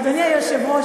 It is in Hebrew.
אדוני היושב-ראש,